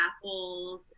apples